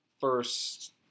first